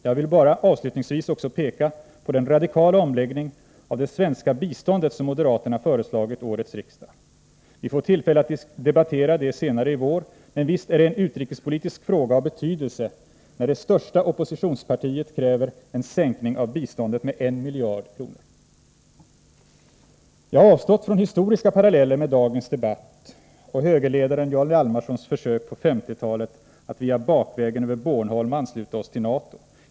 Jag vill nu bara också peka på den radikala omläggning av det svenska biståndet som moderaterna föreslagit årets riksdag. Vi får tillfälle att debattera det senare i vår, men visst är det en utrikespolitisk fråga av betydelse när det största oppositionspartiet kräver en sänkning av biståndet med en miljard kronor. Jag har avstått från historiska paralleller mellan dagens debatt och högerledaren Jarl Hjalmarssons försök på 1950-talet att bakvägen över Bornholm ansluta oss till NATO.